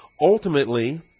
Ultimately